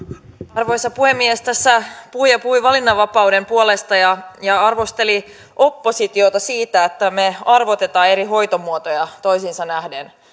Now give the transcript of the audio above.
arvoisa puhemies tässä puhuja puhui valinnanvapauden puolesta ja ja arvosteli oppositiota siitä että me arvotamme eri hoitomuotoja toisiinsa nähden